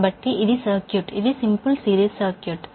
కాబట్టి ఇది సర్క్యూట్ ఇది సింపుల్ సిరీస్ సర్క్యూట్